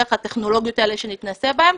דרך הטכנולוגיות האלה שנתנסה בהן,